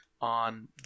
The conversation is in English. on